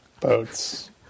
boats